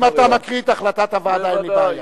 אם אתה מקריא את החלטת הוועדה, אין לי בעיה.